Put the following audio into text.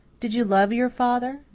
did you love your father?